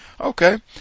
Okay